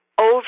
over